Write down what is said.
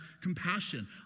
compassion